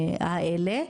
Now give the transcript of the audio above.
האלה.